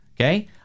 okay